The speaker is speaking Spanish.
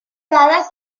dadas